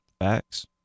Facts